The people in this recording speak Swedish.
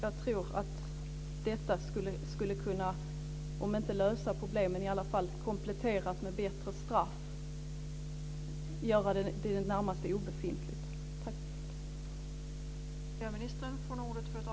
Jag tror att detta skulle kunna om inte lösa problemen så i alla fall, kompletterat med bättre straff, göra problemen i det närmaste obefintliga.